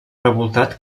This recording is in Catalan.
revoltat